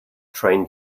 train